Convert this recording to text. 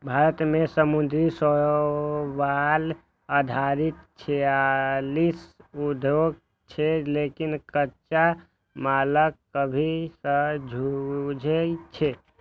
भारत मे समुद्री शैवाल आधारित छियालीस उद्योग छै, लेकिन कच्चा मालक कमी सं जूझै छै